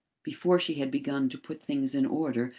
before she had begun to put things in order,